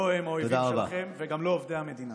לא הם האויבים שלכם, וגם לא עובדי המדינה.